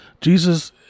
Jesus